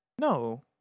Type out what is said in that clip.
No